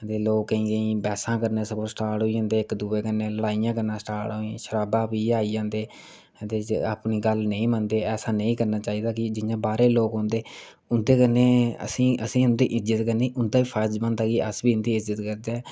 ते लोग केईं केईं बैह्सां करना स्टार्ट होई जंदे लड़ाईयां करना स्टार्ट होई जंदे शराबां पियै आई जंदे ते अपनी गल्ल नेईं मनदे ऐसा नेईं करना चाही दा कि जियां बाह्रे दे लोग औंदे असैं उंदी इज्जत करनी उंदा फर्ज बनदा कि अस बी इंदी इज्जत करचै